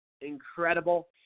incredible